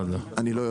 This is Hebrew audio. לא יודע.